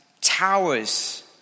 towers